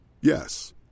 Yes